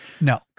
No